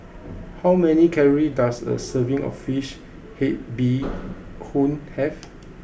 how many calories does a serving of Fish Head Bee Hoon have